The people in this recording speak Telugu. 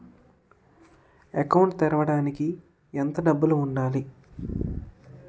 అకౌంట్ తెరవడానికి ఎంత డబ్బు ఉండాలి?